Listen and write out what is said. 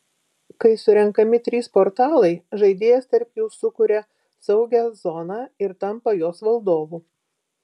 kai surenkami trys portalai žaidėjas tarp jų sukuria saugią zoną ir tampa jos valdovu